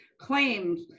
claims